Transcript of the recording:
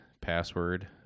password